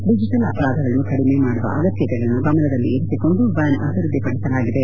digital ಅಪರಾಧಗಳನ್ನು ಕಡಿಮ ಮಾಡುವ ಅಗತ್ಯಕೆಗಳನ್ನು ಗಮನದಲ್ಲಿಂಸಿಕೊಂಡು ವ್ಯಾನ್ ಅಭಿವೃದ್ಧಿಪಡಿಸಲಾಗಿದೆ